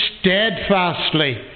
steadfastly